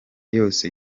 yose